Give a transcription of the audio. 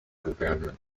government